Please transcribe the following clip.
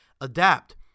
adapt